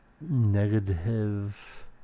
negative